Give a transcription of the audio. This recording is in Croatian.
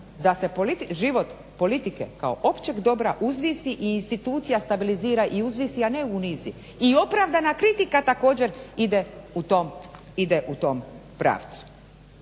da se život politike kao općeg dobra uzvisi i institucija stabilizira i uzvisi a ne unizi i opravdana kritika također ide u tom pravcu.